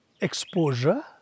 exposure